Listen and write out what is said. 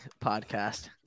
podcast